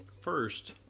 First